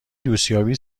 دوستیابی